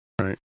right